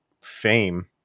fame